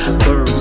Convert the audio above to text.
birds